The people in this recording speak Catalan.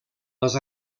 les